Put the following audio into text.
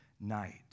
night